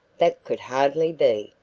that could hardly be,